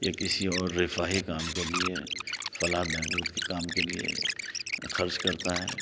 یا کسی اور رفاہی کام کے لیے فلاح و بہبود کے کام کے لیے خرچ کرتا ہے